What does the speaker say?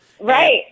Right